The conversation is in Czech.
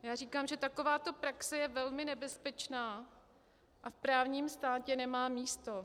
Já říkám, že takováto praxe je velmi nebezpečná a v právním státě nemá místo.